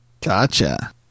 Gotcha